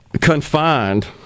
confined